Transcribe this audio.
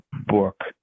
book